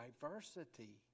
diversity